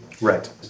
Right